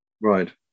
Right